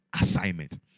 assignment